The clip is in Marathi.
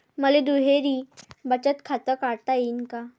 मले दुहेरी बचत खातं काढता येईन का?